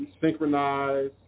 synchronize